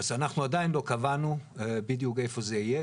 אז אנחנו עדיין לא קבענו בדיוק איפה זה יהיה.